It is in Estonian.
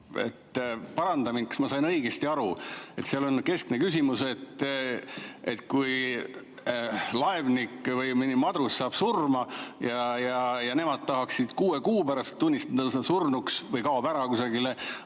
aga kas ma sain õigesti aru, et seal on keskne küsimus, et kui laevnik või mõni madrus saab surma ja nemad tahaksid kuue kuu pärast tunnistada teda surnuks või ta kaob ära kusagile,